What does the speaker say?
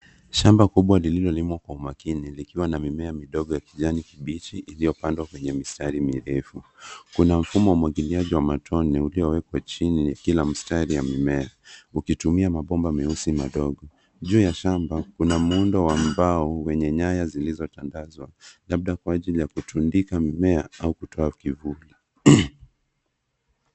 Shamba kubwa lililolimwa kwa umakini likiwa na mimea midogo ya kijani kibichi iliyopandwa kwenye mistari mirefu. Kuna mfumo wa umwagiliaji wa matone uliowekwa chini ya kila mstari ya mimea ukitumia mabomba meusi madogo. Juu ya shamba kuna muundo wa mbao wenye nyaya zilizotandazwa labda kwa ajili ya kutundika mimea au kutoa kivuli.